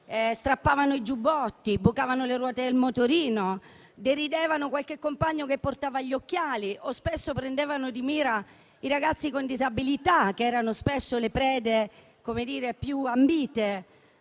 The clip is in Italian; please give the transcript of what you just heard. strappavano i giubbotti, bucavano le ruote del motorino, deridevano qualche compagno che portava gli occhiali o spesso prendevano di mira i ragazzi con disabilità, che erano le prede più ambite.